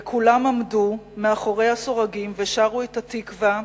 וכולם עמדו מאחורי הסורגים ושרו את "התקווה"